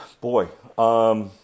boy